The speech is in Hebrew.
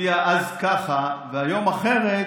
הצביע אז ככה והיום אחרת,